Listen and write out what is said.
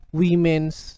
womens